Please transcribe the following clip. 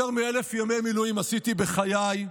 יותר מ-1,000 ימי מילואים עשיתי בחיי,